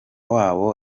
wabo